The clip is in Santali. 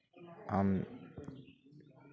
ᱟᱢ